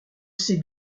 sais